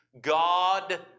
God